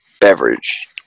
beverage